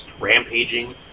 rampaging